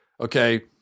Okay